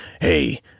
hey